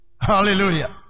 Hallelujah